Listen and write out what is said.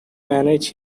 manage